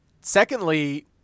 Secondly